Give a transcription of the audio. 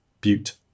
Butte